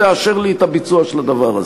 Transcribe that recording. תאשר לי את הביצוע של הדבר הזה?